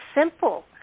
simple